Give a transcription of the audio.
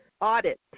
audit